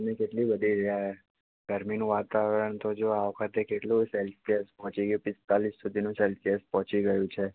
ગરમી કેટલી વધી છે યાર ગરમીનું વાતાવરણ તો જો આ વખતે કેટલું સેલ્સિયસ પહોંચી ગયું પિસ્તાલીસ સુધીનું સેલ્સિયસ પહોંચી ગયું છે